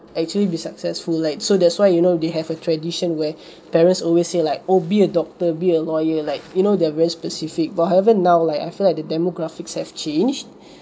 actually be successful lite so that's why you know they have a tradition where parents always say like oh be a doctor be a lawyer like you know they're very specific but however now like I feel like the demographics have changed